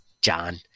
John